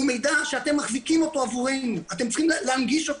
הוא מידע שאתם מחזיקים עבורנו ואתם צריכים להנגיש אותו.